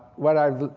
what i've